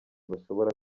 bashobora